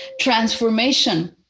transformation